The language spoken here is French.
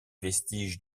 vestiges